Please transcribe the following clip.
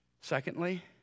Secondly